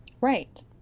right